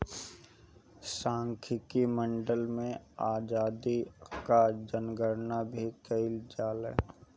सांख्यिकी माडल में आबादी कअ जनगणना भी कईल जाला